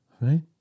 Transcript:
Right